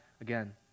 again